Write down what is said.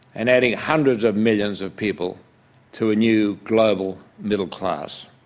and adding hundreds of millions of people to a new global middle class.